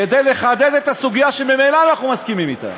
כדי לחדד את הסוגיה שממילא אנחנו מסכימים בה,